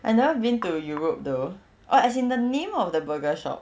I never been to europe though orh as in the name of the burger shop